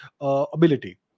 ability